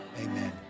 Amen